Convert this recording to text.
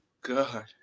god